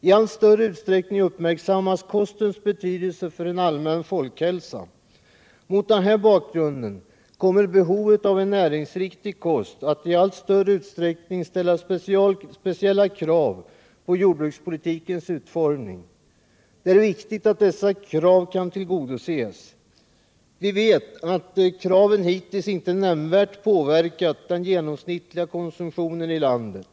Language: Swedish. I allt större utsträckning uppmärksammas kostens betydelse för en allmän folkhälsa. Mot den bakgrunden kommer behovet av en näringsriktig kost att i allt större utsträckning ställa speciella krav på jordbrukspolitikens utformning. Det är viktigt att dessa krav kan tillgodoses. Vi vet att kraven hittills inte nämnvärt påverkat den genomsnittliga konsumtionen i landet.